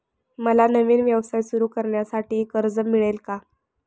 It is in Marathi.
मला नवीन व्यवसाय सुरू करण्यासाठी कर्ज मिळेल का?